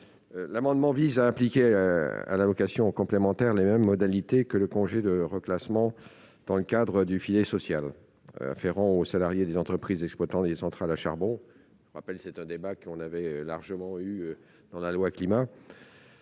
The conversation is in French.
L'amendement vise à impliquer à l'allocation complémentaire, les mêmes modalités que le congé de reclassement dans le cadre du filet social afférent aux salariés des entreprises exploitant des centrales à charbon, je vous rappelle, c'est un débat qu'on avait largement eu dans la loi climat,